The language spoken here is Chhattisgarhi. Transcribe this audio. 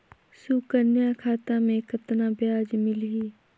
सुकन्या खाता मे कतना ब्याज मिलही?